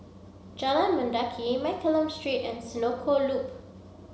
Jalan Mendaki Mccallum Street and Senoko Loop